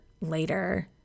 later